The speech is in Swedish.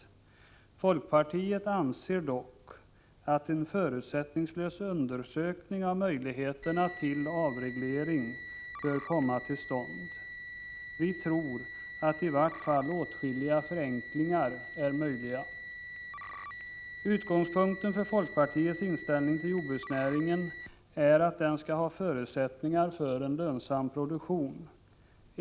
Vi i folkpartiet anser dock att en förutsättningslös undersökning av möjligheterna till avreglering bör komma till stånd. Vi tror att i varje fall åtskilliga förenklingar är möjliga. Utgångspunkten för folkpartiets inställning till jordbruksnäringen är att den skall ha förutsättningar för en lönsam produktion.